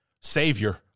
savior